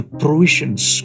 provisions